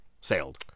Sailed